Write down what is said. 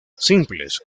simples